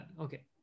Okay